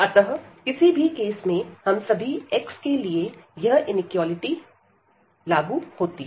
अतः किसी भी केस में सभी x के लिए यह इनक्वालिटी लागू होती है